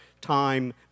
time